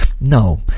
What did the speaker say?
no